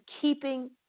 keeping